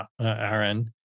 Aaron